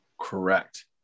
Correct